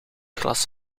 glas